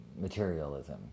materialism